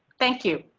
thank you.